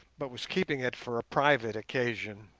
but was keeping it for a private occasion.